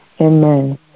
Amen